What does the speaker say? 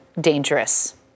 dangerous